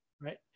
Right